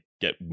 get